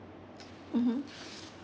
mmhmm